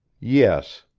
yes,